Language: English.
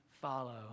follow